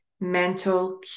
mental